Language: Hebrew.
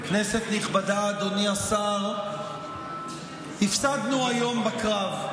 כנסת נכבדה, אדוני השר, הפסדנו היום בקרב.